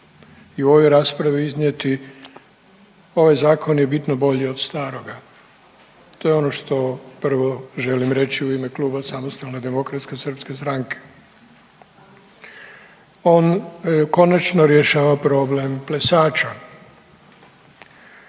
i u ovoj raspravi iznijeti ovaj zakon je bitno bolji od staroga. To je ono što prvo želim reći u ime Kluba SDSS-a. On konačno rješava problem plesača,